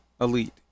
Elite